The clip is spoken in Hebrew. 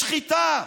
לשחיטה.